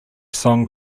song